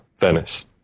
Venice